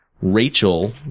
Rachel